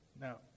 Now